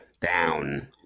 down